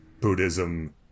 Buddhism